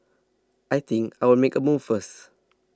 I think I'll make a move first